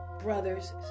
brothers